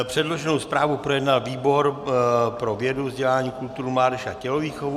Předloženou zprávu projednal výbor pro vědu, vzdělání, kulturu, mládež a tělovýchovu.